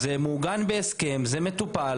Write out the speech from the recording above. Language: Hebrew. אז זה מעוגן בהסכם וזה מטופל.